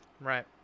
Right